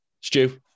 Stu